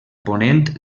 ponent